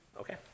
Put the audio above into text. Okay